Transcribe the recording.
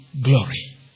glory